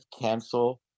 cancel